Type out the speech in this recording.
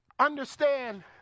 Understand